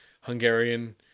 Hungarian